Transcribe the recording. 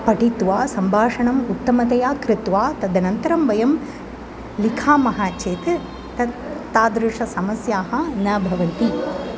पठित्वा सम्भाषणम् उत्तमतया कृत्वा तदनन्तरं वयं लिखामः चेत् तत् तादृश समस्याः न भवति